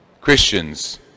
Christians